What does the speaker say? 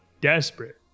desperate